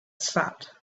stopped